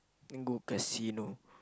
and go casino